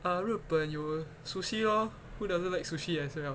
uh 日本有 sushi lor who doesn't like sushi as well